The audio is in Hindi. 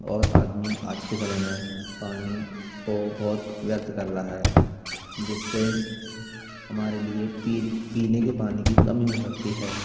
और आदमी आज के समय में पानी को बहुत व्यर्थ कर रहा है जिससे हमारे लिए पीने के पानी की कमी हो सकती है